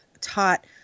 taught